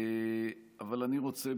אבל אני רוצה,